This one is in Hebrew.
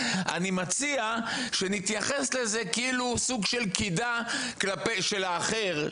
אני מציע שנתייחס לזה כאילו סוג של קידה של האחר,